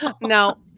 no